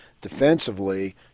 defensively